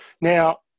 Now